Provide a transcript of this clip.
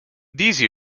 these